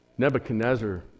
Nebuchadnezzar